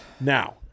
Now